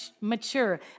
mature